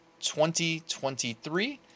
2023